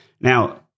Now